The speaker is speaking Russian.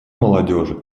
молодежи